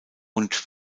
und